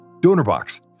DonorBox